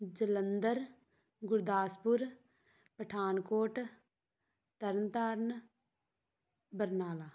Jalandhar Gurdaspur Pathankot Tarn Taran Barnala